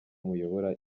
muyobora